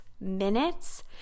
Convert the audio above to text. minutes